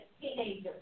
teenagers